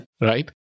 Right